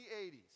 80s